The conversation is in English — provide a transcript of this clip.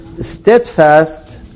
steadfast